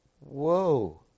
whoa